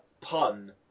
pun